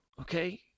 okay